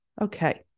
Okay